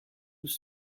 nous